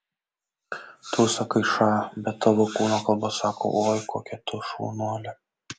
tu sakai ša bet tavo kūno kalba sako oi kokia tu šaunuolė